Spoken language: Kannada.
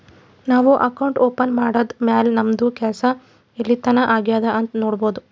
ನಾವು ಅಕೌಂಟ್ ಓಪನ್ ಮಾಡದ್ದ್ ಮ್ಯಾಲ್ ನಮ್ದು ಕೆಲ್ಸಾ ಎಲ್ಲಿತನಾ ಆಗ್ಯಾದ್ ಅಂತ್ ನೊಡ್ಬೋದ್